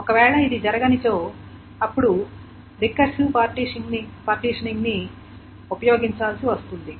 ఒకవేళ ఇది జరగనిచో అప్పుడు రికర్సివ్ పార్టిషనింగ్ ని ఉపయోగించాల్సి వస్తుంది